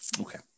Okay